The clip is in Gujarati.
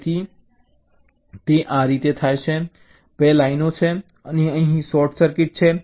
તેથી તે આ રીતે થાય છે 2 લાઇનો છે અને અહીં શોર્ટ સર્કિટ છે